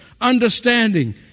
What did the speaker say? understanding